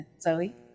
Zoe